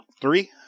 Three